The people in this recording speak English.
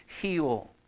heal